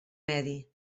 medi